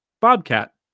Bobcat